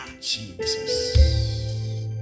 Jesus